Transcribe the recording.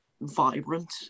vibrant